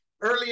Early